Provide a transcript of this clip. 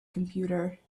computer